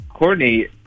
Courtney